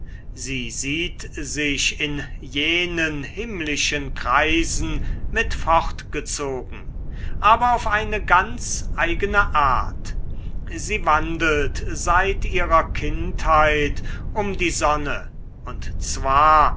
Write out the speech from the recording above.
sie sieht sich in jenen himmlischen kreisen mit fortgezogen aber auf eine ganz eigene art sie wandelt seit ihrer kindheit um die sonne und zwar